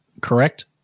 correct